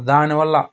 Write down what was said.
దాని వల్ల